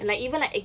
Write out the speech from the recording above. ya lah ya lah